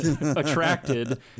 attracted